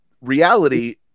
reality